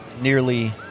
nearly